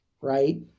Right